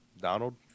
Donald